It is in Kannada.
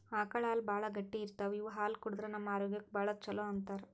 ಆಕಳ್ ಹಾಲ್ ಭಾಳ್ ಗಟ್ಟಿ ಇರ್ತವ್ ಇವ್ ಹಾಲ್ ಕುಡದ್ರ್ ನಮ್ ಆರೋಗ್ಯಕ್ಕ್ ಭಾಳ್ ಛಲೋ ಅಂತಾರ್